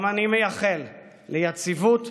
גם אני מייחל ליציבות,